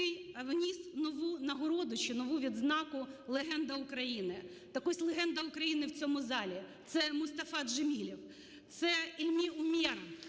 вніс нову нагороду чи нову відзнаку "Легенда України". Так ось, легенда України в цьому залі – це Мустафа Джамілєв, це Ільмі Уме